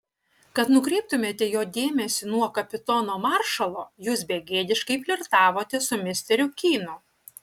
kad nukreiptumėte jo dėmesį nuo kapitono maršalo jūs begėdiškai flirtavote su misteriu kynu